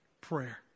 prayer